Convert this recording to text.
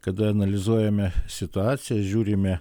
kada analizuojame situaciją žiūrime